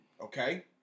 Okay